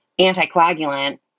anticoagulant